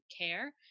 care